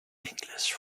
english